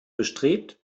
bestrebt